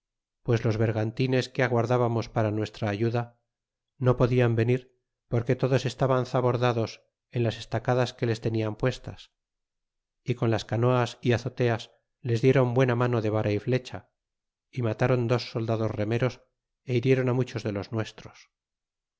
pues los bergantines que aguardábamos para nuestra ayuda no podian venir porque todos estaban zabordados en las estacadas que les tenian puestas y con las canoas y azoteas les dieron buena mano de vara y flecha y matáron dos soldados remeros e hirieron muchos de los nuestros